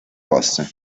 boston